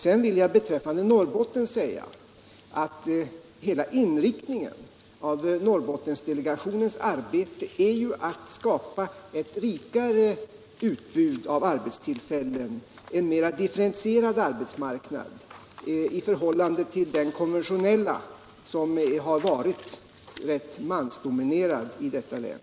Sedan vill jag beträffande Norrbotten säga att hela inriktningen av Norrbottendelegationens arbete är att skapa ett rikare utbud av arbetstillfällen, en mera differentierad arbetsmarknad i förhållande till den konventionella, som har varit rätt mansdominerad i detta län.